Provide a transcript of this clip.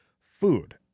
food